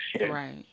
Right